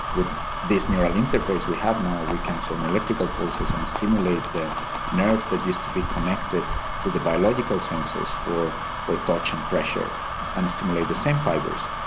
with this neural interface we have now we can send electrical pulses and stimulate the nerves that used to be connected to the biological sensors for touch touch and pressure and stimulate the same fibres.